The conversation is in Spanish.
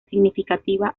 significativa